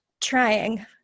trying